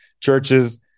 churches